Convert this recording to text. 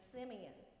Simeon